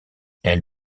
elle